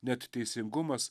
net teisingumas